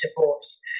divorce